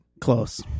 Close